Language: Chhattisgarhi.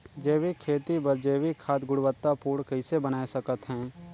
जैविक खेती बर जैविक खाद गुणवत्ता पूर्ण कइसे बनाय सकत हैं?